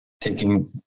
taking